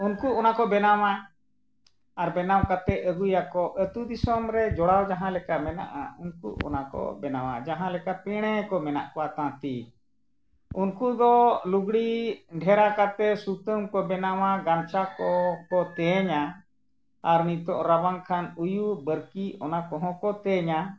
ᱩᱱᱠᱩ ᱚᱱᱟ ᱠᱚ ᱵᱮᱱᱟᱣᱟ ᱟᱨ ᱵᱮᱱᱟᱣ ᱠᱟᱛᱮᱫ ᱟᱹᱜᱩᱭᱟᱠᱚ ᱟᱛᱳ ᱫᱤᱥᱚᱢ ᱨᱮ ᱡᱚᱲᱟᱣ ᱡᱟᱦᱟᱸ ᱞᱮᱠᱟ ᱢᱮᱱᱟᱜᱼᱟ ᱩᱱᱠᱩ ᱚᱱᱟ ᱠᱚ ᱵᱮᱱᱟᱣᱟ ᱡᱟᱦᱟᱸ ᱞᱮᱠᱟ ᱯᱮᱬᱮ ᱠᱚ ᱢᱮᱱᱟᱜ ᱠᱚᱣᱟ ᱛᱟᱸᱛᱤ ᱩᱱᱠᱩ ᱫᱚ ᱞᱩᱜᱽᱲᱤ ᱰᱷᱮᱨᱟ ᱠᱟᱛᱮᱫ ᱥᱩᱛᱟᱹᱢ ᱠᱚ ᱵᱮᱱᱟᱣᱟ ᱜᱟᱢᱪᱷᱟ ᱠᱚᱠᱚ ᱛᱮᱧᱟ ᱟᱨ ᱱᱤᱛᱳᱜ ᱨᱟᱵᱟᱝ ᱠᱷᱟᱱ ᱩᱭᱩ ᱵᱟᱹᱨᱠᱤ ᱚᱱᱟ ᱠᱚᱦᱚᱸ ᱠᱚ ᱛᱮᱧᱟ